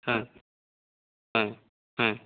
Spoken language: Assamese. হয় হয় হয়